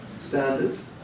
standards